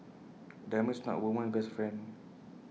A diamond is not A woman's best friend